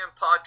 podcast